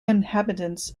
inhabitants